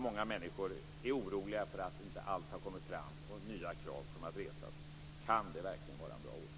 Många människor är oroliga för att allt inte har kommit fram, och nya krav kommer att resas. Kan det verkligen vara en bra ordning?